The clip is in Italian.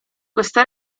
queste